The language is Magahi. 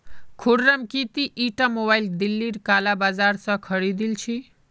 खुर्रम की ती ईटा मोबाइल दिल्लीर काला बाजार स खरीदिल छि